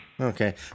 Okay